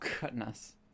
goodness